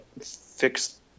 fix